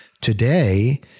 Today